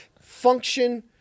Function